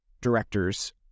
directors